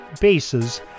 bases